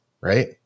right